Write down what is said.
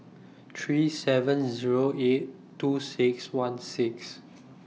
three seven Zero eight two six one six